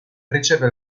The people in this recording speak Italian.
riceve